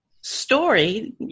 story